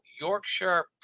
Yorkshire